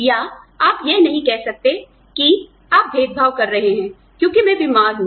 या आप यह नहीं कह सकते कि आप भेदभाव कर रहे हैं क्योंकि मैं बीमार हूँ